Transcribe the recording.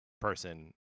person